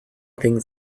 things